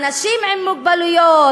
אנשים עם מוגבלות,